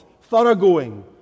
thoroughgoing